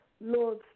Lord